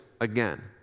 again